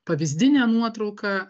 pavyzdinė nuotrauka